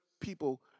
people